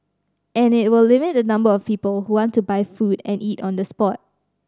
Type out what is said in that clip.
and it will limit the number of people who want to buy food to eat on the spot